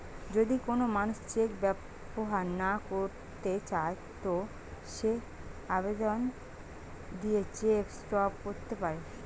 যদি কোন মানুষ চেক ব্যবহার না কইরতে চায় তো সে আবেদন দিয়ে চেক স্টপ ক্যরতে পারে